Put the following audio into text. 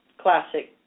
classic